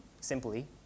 simply